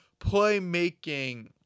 playmaking